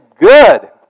good